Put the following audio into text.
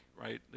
right